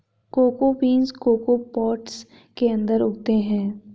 cocoa beans cocoa pods के अंदर उगते हैं